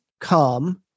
come